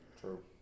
True